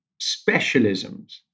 specialisms